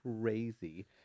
crazy